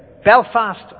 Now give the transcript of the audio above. Belfast